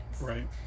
right